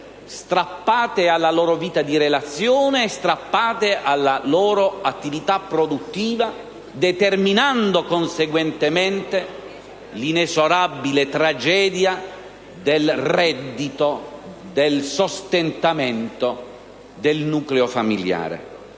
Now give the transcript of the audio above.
strappate alla loro vita di relazione e alla loro attività produttiva, determinando conseguentemente l'inesorabile tragedia legata al reddito e al sostentamento del nucleo familiare.